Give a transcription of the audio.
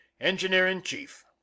engineer-in-chief